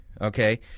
okay